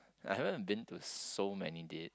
I haven't been to so many date